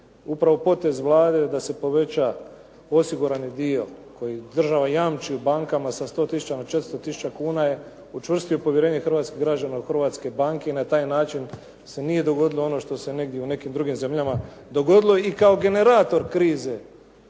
Upravo potez Vlade da se poveća osigurani dio koji država jamči u bankama sa 100 tisuća na 400 tisuća kuna je učvrstio povjerenje hrvatskih građana u hrvatske banke i na taj način se nije dogodilo ono što se negdje u nekim drugim zemljama dogodilo i kao generator krize,